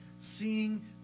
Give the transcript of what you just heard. Seeing